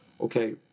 okay